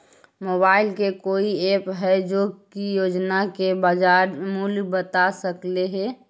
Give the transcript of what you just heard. Mobile के कोइ app है जो कि रोजाना के बाजार मुलय बता सकले हे?